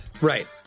Right